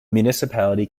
municipality